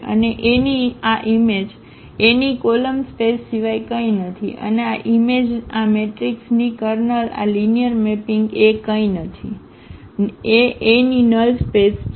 અને A ની આ ઈમેજ A ની કોલમ સ્પેસ સિવાય કંઈ નથી અને આ ઇમેજ આ મેટ્રિક્સની કર્નલ આ લિનિયર મેપિંગ A એ કંઈ નથી એ A ની નલ સ્પેસ છે